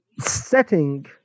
setting